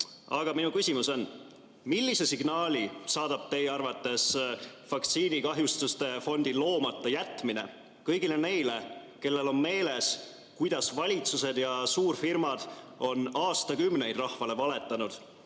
Aga minu küsimus on: millise signaali saadab teie arvates vaktsiinikahjustuste fondi loomata jätmine kõigile neile, kellel on meeles, kuidas valitsused ja suurfirmad on aastakümneid rahvale valetanud,